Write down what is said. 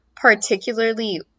particularly